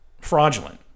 Fraudulent